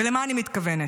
ולמה אני מתכוונת?